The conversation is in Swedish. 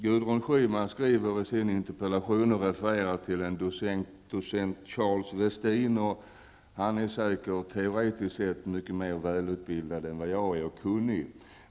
Gudrun Schyman refererade i sin interpellation till vad docent Charles Westin säger. Teoretiskt är han säkert mycket mera välutbildad och kunnig än jag.